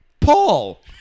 Paul